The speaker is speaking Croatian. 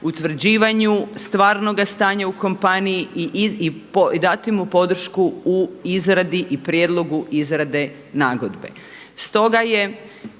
utvrđivanju stvarnoga stanja u kompaniji i dati mu podršku u izradi i prijedlogu izrade nagodbe.